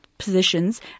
Positions